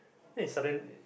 then he sudden